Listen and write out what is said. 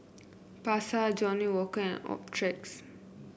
Pasar Johnnie Walker and Optrex